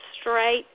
straight